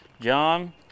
John